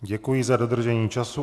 Děkuji za dodržení času.